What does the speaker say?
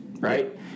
Right